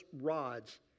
rods